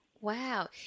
Wow